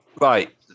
right